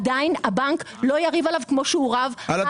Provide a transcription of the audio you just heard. עדיין הבנק לא יריב עליו כמו שהוא רב על